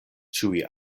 ĉiuj